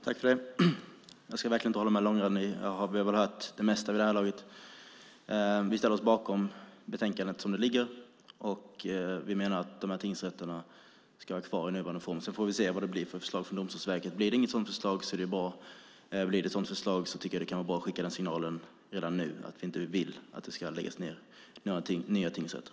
Fru talman! Jag ska verkligen inte vara långrandig. Vi har väl hört det mesta vid det här laget. Vi ställer oss bakom betänkandet som det ser ut, och vi menar att tingsrätterna ska vara kvar i nuvarande form. Sedan får vi se vad det blir för förslag från Domstolsverket. Blir det inget sådant förslag är det bra, och blir det ett sådant förslag tycker jag att det kan vara bra att skicka signalen redan nu att vi inte vill att några nya tingsrätter ska läggas ned.